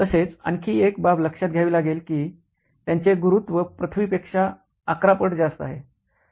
तसेच आणखी एक बाब लक्षात घ्यावी लागेल की त्यांचे गुरुत्व पृथ्वी पेक्षा 11 पट जास्त आहे